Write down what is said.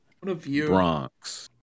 Bronx